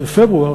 ובפברואר,